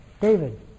David